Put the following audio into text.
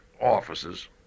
offices